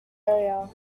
area